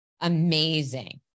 amazing